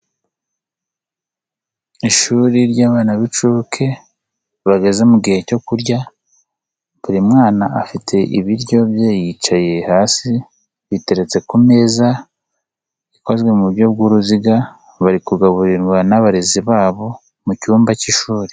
Ishuri ry'abana b'inshuke bageze mu gihe cyo kurya ,buri mwana afite ibiryo bye yicaye hasi biteretse ku meza, ikozwe mu buryo bw'uruziga bari kugaburirwa n'abarezi babo mu cyumba cy'ishuri.